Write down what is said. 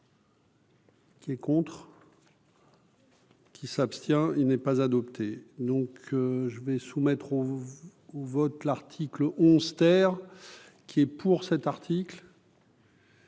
Les comptes. Qui s'abstient, il n'est pas adopté, donc je vais soumettre au au votre, l'article 11 terre qui est pour cet article.